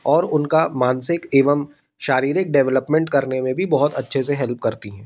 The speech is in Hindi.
और उनका मानसिक एवं शारीरिक डेवलपमेंट करने में भी बहुत अच्छे से हेल्प करती